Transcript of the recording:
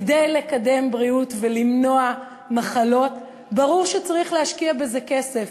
כדי לקדם בריאות ולמנוע מחלות ברור שצריך להשקיע בזה כסף.